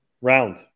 Round